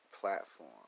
platform